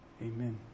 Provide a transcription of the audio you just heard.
Amen